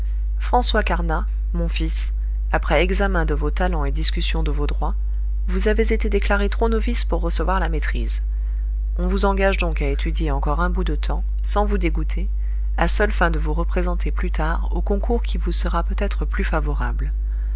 françois carnat mon fils après examen de vos talents et discussion de vos droits vous avez été déclaré trop novice pour recevoir la maîtrise on vous engage donc à étudier encore un bout de temps sans vous dégoûter à seules fins de vous représenter plus tard au concours qui vous sera peut-être plus favorable